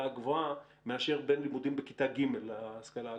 הגבוהה מאשר בין לימודים בכיתה ג' להשכלה הגבוהה.